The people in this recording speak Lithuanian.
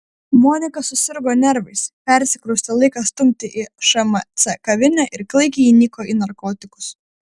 monika susirgo nervais persikraustė laiką stumti į šmc kavinę ir klaikiai įniko į narkotikus